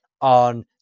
on